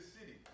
city